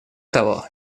того